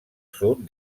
sud